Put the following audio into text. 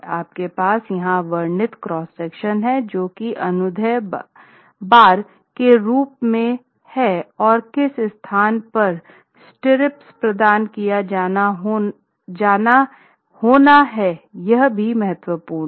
आपके पास यहां वर्णित क्रॉस सेक्शन हैं जो की अनुदैर्ध्य बार के रूप में है और किस स्थान पर स्टिरअप प्रदान किया जाना होना यह भी महत्त्वपूर्ण है